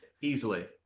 Easily